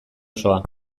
osoa